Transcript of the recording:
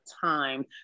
time